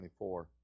24